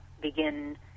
begin